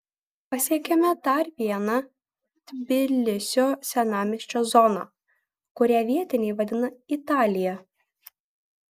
pasiekėme dar vieną tbilisio senamiesčio zoną kurią vietiniai vadina italija